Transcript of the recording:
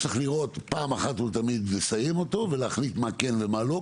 צריך פעם אחת ולתמיד לסיים אותו ולהחליט מה כן ומה לא,